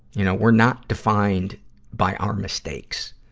you know, we're not defined by our mistakes.